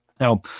Now